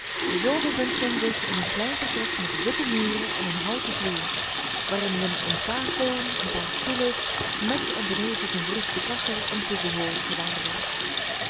zoo bevindt men zich in een klein vertrek met witte muren en een houten vloer waarin men een tafel een paar stoelen met en benevens een verroeste kachel en toebehooren